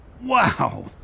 Wow